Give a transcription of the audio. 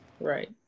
Right